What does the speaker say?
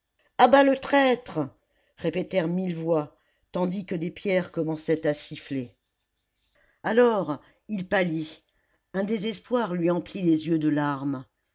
a bas le traître répétèrent mille voix tandis que des pierres commençaient à siffler alors il pâlit un désespoir lui emplit les yeux de larmes